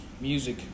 music